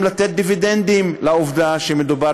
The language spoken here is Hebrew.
אז צריך גם לתת דיבידנדים לעובדה שמדובר